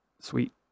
Sweet